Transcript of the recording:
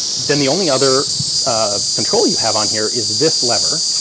then the only other ah control you have on here is this lever,